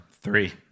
Three